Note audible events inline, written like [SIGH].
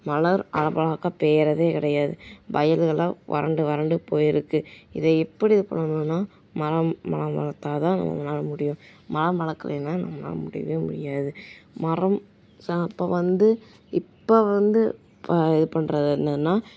மழர் [UNINTELLIGIBLE] பெய்கிறதே கிடையாது வயலுகள்லாம் வறண்டு வறண்டு போயிருக்கு இதை இப்படி பண்ணணுன்னா மரம் மரம் வளர்த்தா தான் நம்மனால முடியும் மரம் வளர்க்குல்லைன்னா நம்மளால் முடியவே முடியாது மரம் சா இப்போ வந்து இப்போ வந்து இது பண்ணுறது என்னென்னா